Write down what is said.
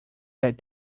that